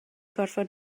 gorfod